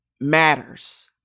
matters